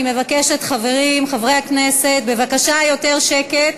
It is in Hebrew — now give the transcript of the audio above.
אני מבקשת, חברים, חברי הכנסת, בבקשה יותר שקט,